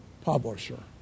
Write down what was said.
publisher